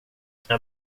jag